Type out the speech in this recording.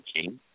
King